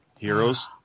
Heroes